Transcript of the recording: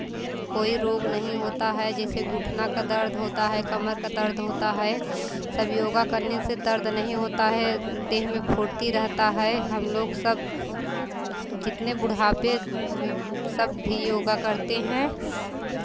कोई रोग नहीं होता है जैसे घुटना का दर्द होता है कमर का दर्द होता है सब योगा करने से दर्द नहीं होता हैं देह में फुर्ती रहता है हम लोग सब जितने बुढ़ापे सब भी योगा करते हैं